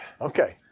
Okay